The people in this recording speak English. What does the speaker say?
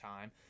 time